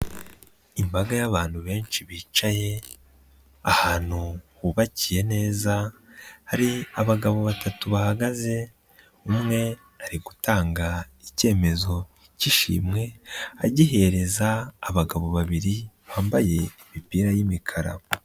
Imbaga y'abantu benshi bicaye, ahantu hubakiye neza, hari abagabo batatu bahagaze, umwe ari gutanga icyemezo cy'ishimwe, agihereza abagabo babiri bambaye imipira y'imikaraba.